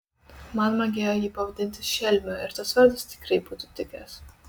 man magėjo jį pavadinti šelmiu ir tas vardas tikrai būtų tikęs